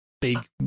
big